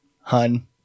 Hun